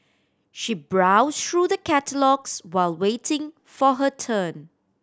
she browsed through the catalogues while waiting for her turn